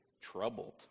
troubled